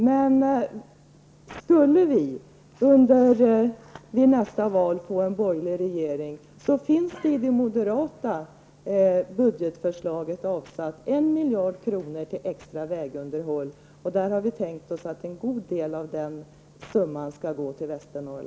Men om vi vid nästa val skulle få en borgerlig regering finns det i det moderata budgetförslaget avsatt 1 miljard kronor till extra vägunderhåll. Och vi har tänkt oss att en god del av den summan skall gå till